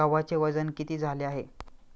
गव्हाचे वजन किती झाले आहे?